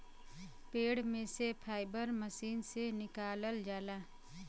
पेड़ में से फाइबर मशीन से निकालल जाला